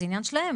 זה עניין שלהם.